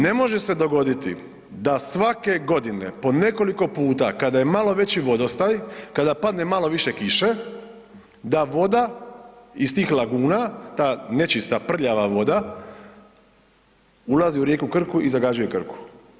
Ne može se dogoditi da svake godine po nekoliko puta kada je malo veći vodostaj, kada padne malo više kiše da voda iz tih laguna, ta nečista prljava voda ulazi u rijeku Krku i zagađuje Krku.